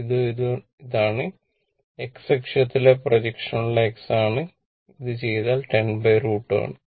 ഇതും ഇതും ഇതാണ് x അക്ഷത്തിലെ പ്രൊജക്ഷനുള്ള x ആണ് അത് ചെയ്താൽ 10 √ 2 ആണ്